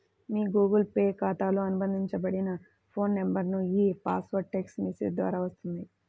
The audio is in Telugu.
మీ గూగుల్ పే ఖాతాతో అనుబంధించబడిన ఫోన్ నంబర్కు ఈ పాస్వర్డ్ టెక్ట్స్ మెసేజ్ ద్వారా వస్తుంది